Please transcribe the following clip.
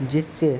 جس سے